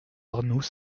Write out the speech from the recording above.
arnoux